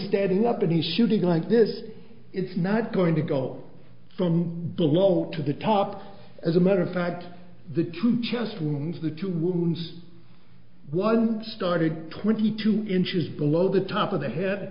standing up and he's shooting like this it's not going to go from below to the top as a matter of fact the two chest wounds of the two wounds one started twenty two inches below the top of the h